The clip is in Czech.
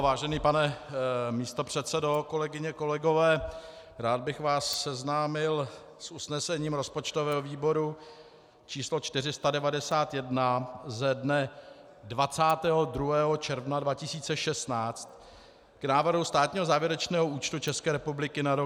Vážený pane místopředsedo, kolegyně, kolegové, rád bych vás seznámil s usnesením rozpočtového výboru č. 491 ze dne 22. června 2016 k návrhu státního závěrečného účtu České republiky na rok 2015.